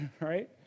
right